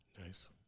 Nice